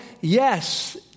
Yes